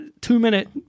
Two-minute